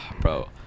Bro